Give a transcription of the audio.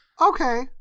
Okay